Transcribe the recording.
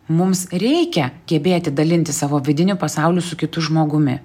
mums reikia gebėti dalintis savo vidiniu pasauliu su kitu žmogumi